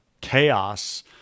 chaos